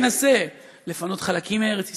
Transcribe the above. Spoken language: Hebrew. ינסה לפנות חלקים מארץ ישראל,